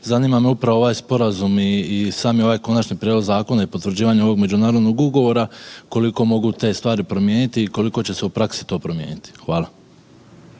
zanima me upravo ovaj sporazum i sami ovaj konači prijedlog zakona i potvrđivanje ovog međunarodnog ugovora, koliko mogu te stvari promijeniti i koliko će se u praksi to promijeniti? Hvala.